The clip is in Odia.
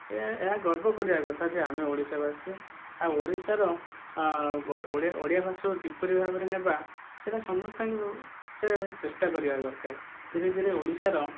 ଏହା ଏହା ଗର୍ବ କରିବା କଥା ଯେ ଆମେ ଓଡ଼ିଶାବାସି ଆଉ ଓଡ଼ିଶାର ଓଡ଼ିଆ ଭାଷାକୁ କିପରି ଭାବରେ ନେବା ସେ'ଟା ସମସ୍ତଙ୍କୁ ଚେଷ୍ଟା କରିବା ଦରକାର ଧୀରେ ଧୀରେ ଓଡ଼ିଶାର